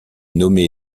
nommé